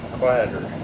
quieter